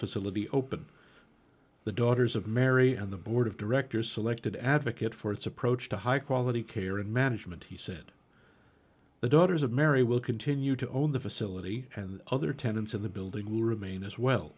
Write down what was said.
facility open the daughters of mary and the board of directors selected advocate for its approach to high quality care in management he said the daughters of mary will continue to own the facility and other tenants in the building will remain as well